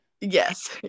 Yes